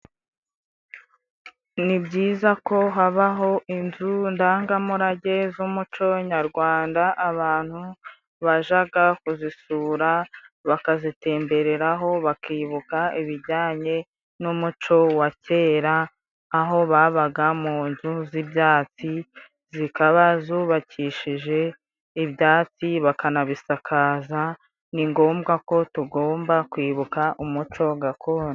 Ni byiza ko habaho inzu ndangamurage z'umuco nyarwanda, abantu bajaga kuzisura, bakazitembereraho, bakibuka ibijyanye n'umuco wa kera, aho babaga mu nzu z'ibyatsi, zikaba zubakishije ibyatsi, bakanabisakaza. Ni ngombwa ko tugomba kwibuka umuco gakondo.